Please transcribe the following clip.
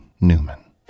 Newman